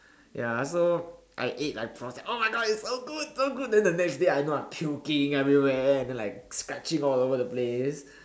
ya so I ate like prawns oh my God it's so good so good then the next day I knew I'm puking everywhere and then like scratching all over the place